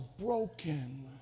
broken